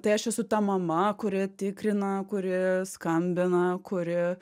tai aš esu ta mama kuri tikrina kuri skambina kuri